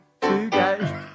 today